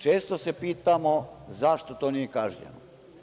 Često se pitamo – zašto to nije kažnjeno?